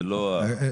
זה לא הנושא.